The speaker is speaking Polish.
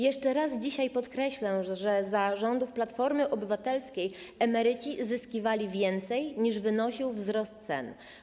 Jeszcze raz dzisiaj podkreślę, że za rządów Platformy Obywatelskiej emeryci zyskiwali więcej, niż wynosił wzrost cen.